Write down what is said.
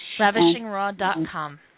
Ravishingraw.com